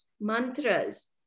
mantras